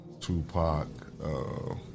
Tupac